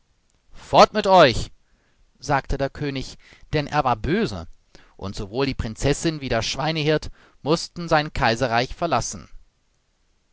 fort mit euch sagte der könig denn er war böse und sowohl die prinzessin wie der schweinehirt mußten sein kaiserreich verlassen